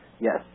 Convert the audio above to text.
Yes